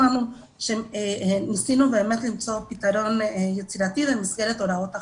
באמת ניסינו למצוא פתרון יצירתי במסגרת הוראות החוק.